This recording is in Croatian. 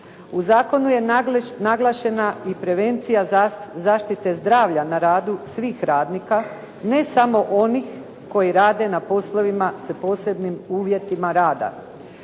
U zakonu je naglašena i prevencija zaštite zdravlja na radu svih radnika ne samo onih koji rade na poslovima sa posebnim uvjetima rada,